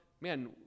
man